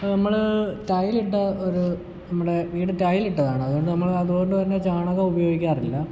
അപ്പം നമ്മൾ ടൈല് ഇട്ട ഒരു നമ്മുടെ വീട് ടൈല് ഇട്ടതാണ് അതുകൊണ്ട് നമ്മൾ അതുകൊണ്ട് തന്നെ ചാണകം ഉപയോഗിക്കാറില്ല